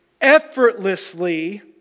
effortlessly